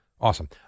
Awesome